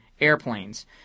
airplanes